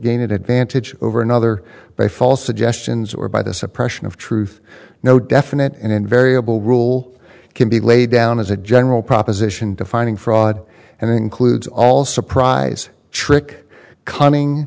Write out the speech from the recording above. gain an advantage over another by false suggestions or by the suppression of truth no definite and invariable rule can be laid down as a general proposition defining fraud and includes all surprise trick coming